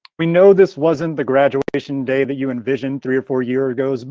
we know this wasn't the graduation day that you envisioned three or four years ago.